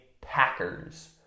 Packers